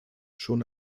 schon